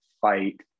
fight